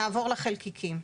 נעבור לחלקיקים: